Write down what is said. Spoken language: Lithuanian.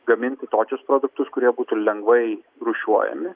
gaminti tokius produktus kurie būtų lengvai rūšiuojami